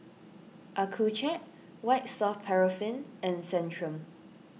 Accucheck White Soft Paraffin and Centrum